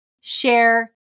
share